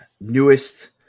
newest